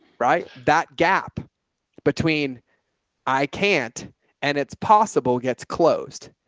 right. that gap between i can't and it's possible gets closed.